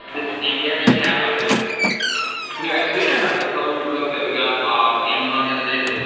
and we actually have like this we actually have a coloring book that we got off amazon the other day that was